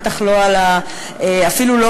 אפילו לא,